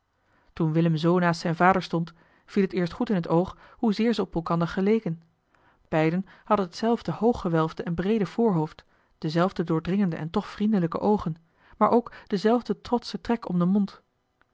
toen willem zoo naast zijn vader stond viel het eerst goed in t oog hoezeer ze op elkander geleken beiden hadden hetzelfde hooggewelfde en breede voorhoofd dezelfde doordringende en toch vriendelijke oogen maar ook denzelfden trotschen trek om den mond